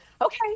okay